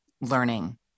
learning